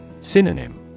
Synonym